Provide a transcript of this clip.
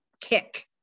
kick